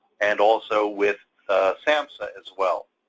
and also with samhsa as well.